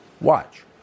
Watch